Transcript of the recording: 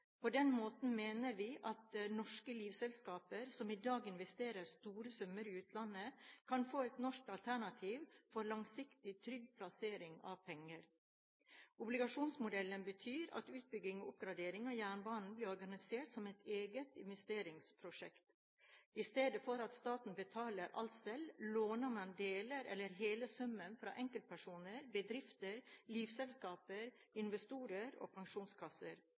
På den måten mener vi at norske livselskaper, som i dag investerer store summer i utlandet, kan få et norsk alternativ for en langsiktig, trygg plassering av penger. Obligasjonsmodellen betyr at utbygging og oppgradering av jernbanen blir organisert som et eget investeringsprosjekt. I stedet for at staten betaler alt selv, låner man deler av eller hele summen fra enkeltpersoner, bedrifter, livselskap, investorer og pensjonskasser.